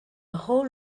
whole